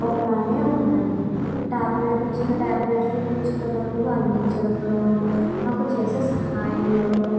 ఒకలానే ఉన్నాయి టాబ్లెట్ ఉచిత టాబ్లెట్లు ఉచిత మందులు అందించడంలోనూ మాకు చేసే సహాయంలోనూ